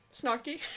snarky